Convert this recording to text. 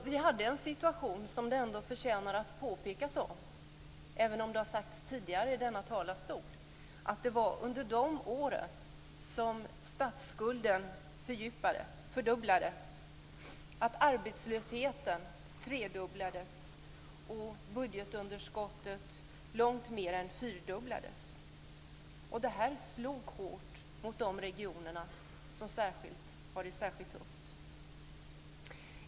Vi hade då den situationen - det bör påpekas även om det har sagts tidigare från denna talarstol - att det var under de åren som statsskulden fördubblades, arbetslösheten tredubblades och budgetunderskottet långt mer än fyrdubblades. Detta slog hårt mot de regioner som hade det särskilt tufft.